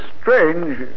strange